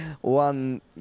One